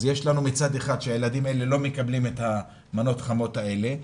אז יש לנו מצד אחד שהילדים לא מקבלים את המנות חמות האלה,